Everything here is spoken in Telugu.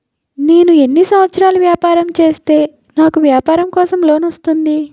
నేను ఎన్ని సంవత్సరాలు వ్యాపారం చేస్తే నాకు వ్యాపారం కోసం లోన్ వస్తుంది?